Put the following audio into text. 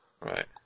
Right